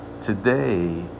Today